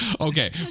Okay